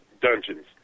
dungeons